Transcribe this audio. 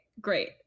great